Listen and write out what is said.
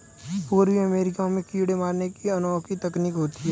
पूर्वी अमेरिका में कीड़े मारने की अनोखी तकनीक होती है